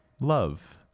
love